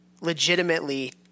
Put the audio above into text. legitimately –